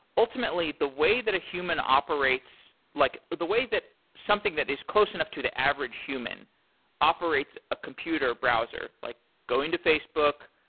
ultimately, the way that a human operates like the way that something that is close enough to the average human operates a computer browser like going to facebook,